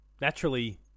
naturally